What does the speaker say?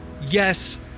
yes